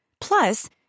Plus